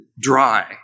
dry